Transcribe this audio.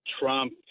Trump